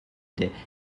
des